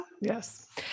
Yes